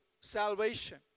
salvation